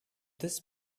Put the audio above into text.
this